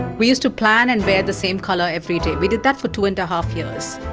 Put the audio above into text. we used to plan and wear the same colour every day. we did that for two and a half years.